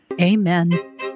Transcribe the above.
Amen